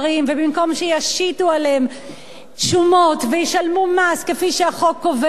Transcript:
ובמקום שישיתו עליהם שומות וישלמו מס כפי שהחוק קובע,